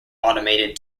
automated